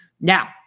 Now